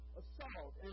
assault